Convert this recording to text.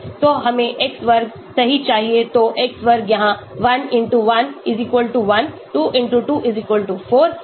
तो हमें x वर्ग सही चाहिए तो x वर्ग यहाँ 1 1 1 2 2 4 3 3 9 है